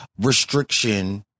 restriction